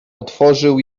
otworzył